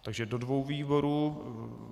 Takže do dvou výborů.